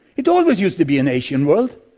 it always used to be an asian world.